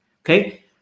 okay